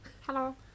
Hello